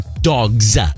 dogs